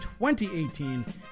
2018